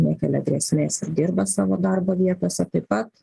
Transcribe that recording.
nekelia grėsmės ir dirba savo darbo vietose taip pat